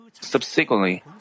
Subsequently